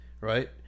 Right